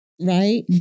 right